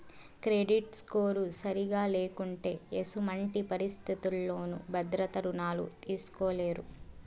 credit score సరిగా లేకుంటే ఎసుమంటి పరిస్థితుల్లోనూ భద్రత రుణాలు తీస్కోలేరు